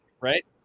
right